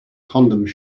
condoms